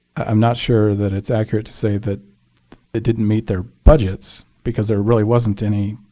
i'm not sure that it's accurate to say that it didn't meet their budgets because there really wasn't any.